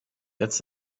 jetzt